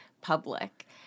public